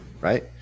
right